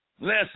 Listen